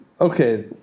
Okay